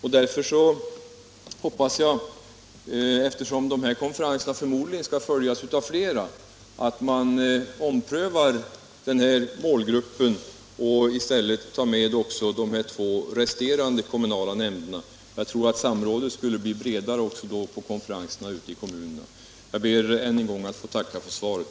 allmänbildning i Eftersom de här konferenserna förmodligen skall följas av fler hoppas — gymnasieskolan jag att man omprövar målgruppen och i stället tar med också representanter för de två resterande kommunala nämnderna. Jag tror också att samrådet då skulle bli bredare på konferenserna ute i kommunerna. Jag ber att än en gång få tacka för svaret.